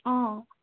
অঁ